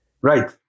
Right